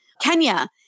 Kenya